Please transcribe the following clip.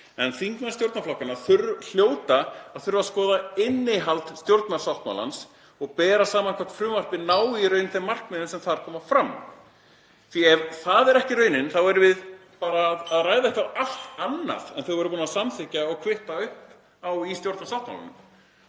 En þingmenn stjórnarflokkanna hljóta að þurfa að skoða innihald stjórnarsáttmálans og bera saman og skoða hvort frumvarpið nái þeim markmiðum sem þar koma fram, því að ef það er ekki raunin þá erum við að ræða eitthvað allt annað en þau voru búin að samþykkja og kvitta upp á í stjórnarsáttmálanum.